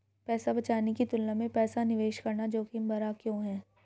पैसा बचाने की तुलना में पैसा निवेश करना जोखिम भरा क्यों है?